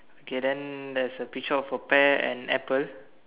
okay then there's a picture of a pear and apple